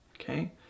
okay